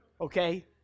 Okay